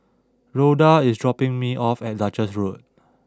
Rhoda is dropping me off at Duchess Road